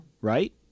right